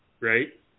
Right